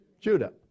Judah